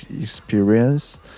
experience